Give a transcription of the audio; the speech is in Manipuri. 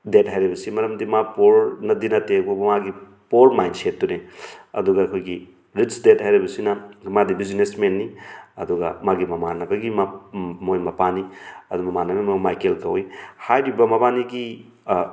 ꯗꯦꯗ ꯍꯥꯏꯔꯤꯕꯁꯤ ꯃꯔꯝꯗꯤ ꯃꯥ ꯄꯣꯔꯅꯗꯤ ꯅꯠꯇꯦꯕꯨ ꯃꯥꯒꯤ ꯄꯣꯔ ꯃꯥꯏꯟ ꯁꯦꯠꯇꯨꯅꯤ ꯑꯗꯨꯒ ꯑꯩꯈꯣꯏꯒꯤ ꯔꯤꯁ ꯗꯦꯗ ꯍꯥꯏꯔꯤꯕꯁꯤꯅ ꯃꯥꯗꯤ ꯕ꯭ꯌꯨꯅꯦꯁ ꯃꯦꯟꯅꯤ ꯑꯗꯨꯒ ꯃꯥꯒꯤ ꯃꯃꯥꯟꯅꯕꯒꯤ ꯃꯣꯏ ꯃꯄꯥꯅꯤ ꯑꯗꯨꯒ ꯃꯃꯥꯟꯅꯕꯩ ꯃꯃꯤꯡꯅ ꯃꯥꯏꯀꯦꯜ ꯀꯧꯋꯤ ꯍꯥꯏꯔꯤꯕ ꯃꯕꯥꯏꯅꯤꯒꯤ